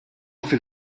fil